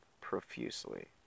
profusely